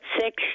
six